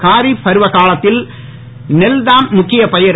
காரிஃப் பருவ காலத்தில் நெல் தான் முக்கியப் பயிர்